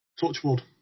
Touchwood